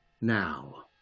now